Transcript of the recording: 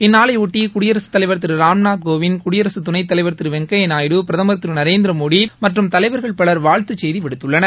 இந்நாளைபொட்டி குடியரசுத் தலைவர் திரு ராம்நாத்கோவிந்த் குடியரசு துணைத்தலைவர் திரு வெங்கையா நாயுடு பிரதமர் திரு நரேந்திரமோடி மற்றும் தலைவர்கள் பலர் வாழ்த்துச் செய்தி விடுத்துள்ளனர்